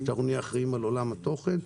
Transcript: שאנחנו נהיה אחראים לעולם התוכן,